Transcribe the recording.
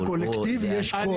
לקולקטיב יש כוח.